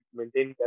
maintain